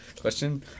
question